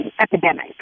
epidemic